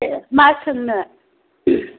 ए मा सोंनो